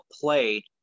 play